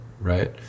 right